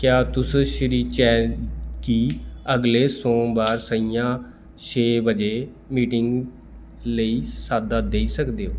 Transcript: क्या तुस श्री चैन गी अगले सोमबार सं'ञा छे बजे मीटिंग लेई साद्दा देई सकदे ओ